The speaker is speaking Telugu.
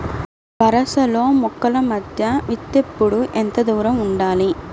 వరసలలో మొక్కల మధ్య విత్తేప్పుడు ఎంతదూరం ఉండాలి?